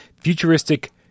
futuristic